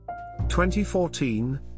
2014